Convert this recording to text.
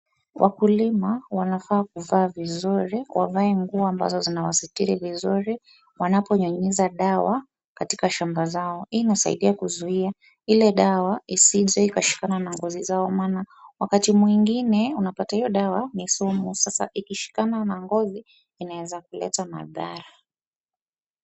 Wakulima wanafaa kuvaa vizuri wavae nguo ambazo zinawasitiri vizuri wanaponyunyuza dawa katika shamba zao. Hii inasaidia kuzuia Ile dawa isije ikashikama na ngozi zao wakati mwingine unapata hiyo dawa ni sumu na ngozi inaeza kuleta madhara